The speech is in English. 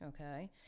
Okay